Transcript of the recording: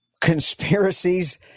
conspiracies